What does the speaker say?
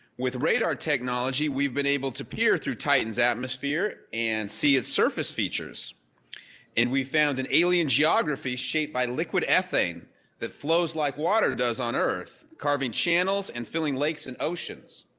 with radar technology, we've been able to peer through titan's atmosphere and see its surface features and we found an alien geography shaped by liquid ethane that flows like water does on earth, carving channels and filling lakes and oceans.